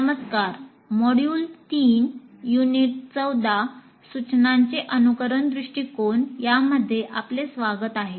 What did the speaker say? नमस्कार module 3 unit 14 सूचनांचे अनुकरण दृष्टिकोन यामध्ये आपले स्वागत आहे